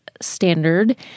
standard